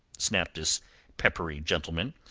snapped this peppery gentleman.